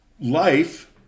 life